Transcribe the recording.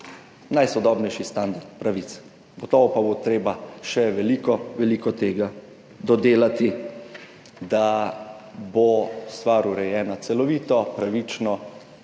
najsodobnejši standard pravic, gotovo pa bo treba še veliko, veliko tega dodelati, da bo stvar urejena celovito, pravično,